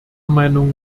meinung